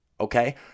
Okay